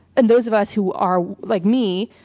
and those of us who are like me,